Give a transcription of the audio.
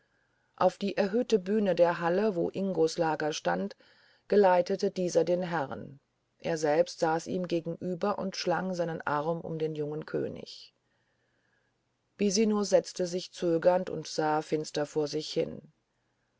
auf die erhöhte bühne der halle wo ingos lager stand geleitete dieser den herrn er selbst saß ihm gegenüber und schlang seinen arm um den jungen könig bisino setzte sich zögernd und sah finster vor sich hin